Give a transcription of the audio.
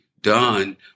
done